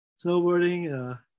snowboarding